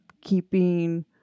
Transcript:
keeping